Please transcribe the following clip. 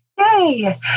Hey